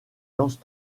lance